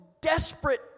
desperate